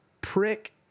prick